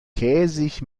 käsig